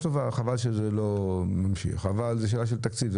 חבל שזה לא ממשיך, אבל זו שאלה של תקציב.